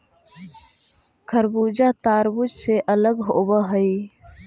खरबूजा तारबुज से अलग होवअ हई